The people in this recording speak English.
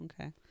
okay